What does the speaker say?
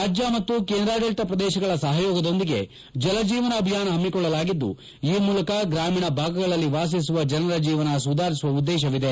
ರಾಜ್ಯ ಮತ್ತು ಕೇಂದ್ರಾಡಳಿತ ಪ್ರದೇಶಗಳ ಸಹಯೋಗದೊಂದಿಗೆ ಜಲಜೀವನ ಅಭಿಯಾನ ಹಮ್ನುಕೊಳ್ಳಲಾಗಿದ್ದು ಈ ಮೂಲಕ ಗ್ರಾಮೀಣ ಭಾಗಗಳಲ್ಲಿ ವಾಸಿಸುವ ಜನರ ಜೀವನ ಸುಧಾರಿಸುವ ಉದ್ದೇಶವಿದೆ